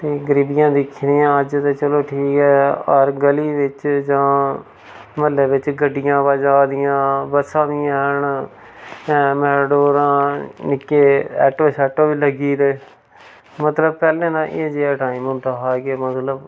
ते गरीबीयां दिक्खी दियां अज्ज ते चलो ठीक ऐ हर गली बिच्च जां म्ह्ल्ले बिच्च गड्डियां अवा जा दियां बस्सां बी हैन हैन मैटाडोरां निक्के ऐटो शैटो बी लग्गी दे मतलब पैह्लें ता एह् जेहा टाईम होंदा हा के मतलब